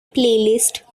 playlist